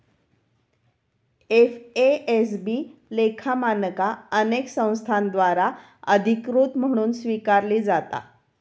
FASB लेखा मानका अनेक संस्थांद्वारा अधिकृत म्हणून स्वीकारली जाता